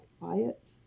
quiet